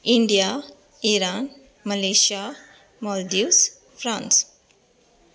India Iran Malaysia Maldives France